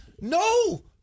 No